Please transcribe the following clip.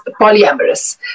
polyamorous